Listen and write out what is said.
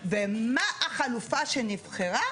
ומה החלופה שנבחרה?